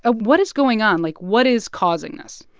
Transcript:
ah what is going on? like, what is causing this?